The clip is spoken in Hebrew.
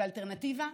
ואלטרנטיבה?